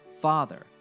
Father